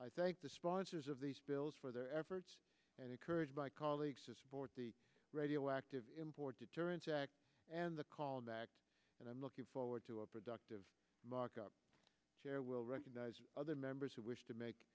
i thank the sponsors of these bills for their efforts and encouraged my colleagues to support the radioactive import deterrence act and the call back and i'm looking forward to a productive markup here will recognize other members who wish to make